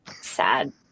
sad